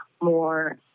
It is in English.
more